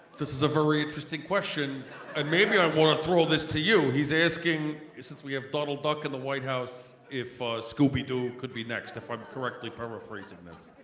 this is a very interesting question and maybe i want to throw this to you. he's asking since we have donald duck in the white house if scooby-doo could be next if i'm correctly paraphrasing this.